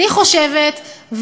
אני חושבת,